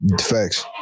Facts